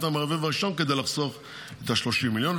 המרבב הראשון כדי לחסוך את ה-30 מיליון.